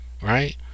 right